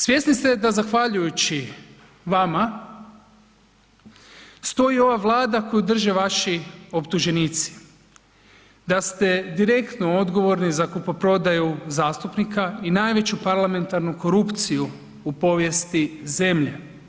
Svjesni ste da zahvaljujući vama stoji ova Vlada koju drže vaši optuženici, da ste direktno odgovorni za kupoprodaju zastupnika i najveću parlamentarnu korupciju u povijesti zemlje.